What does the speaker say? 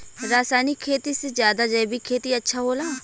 रासायनिक खेती से ज्यादा जैविक खेती अच्छा होला